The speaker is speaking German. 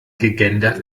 gegendert